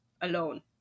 alone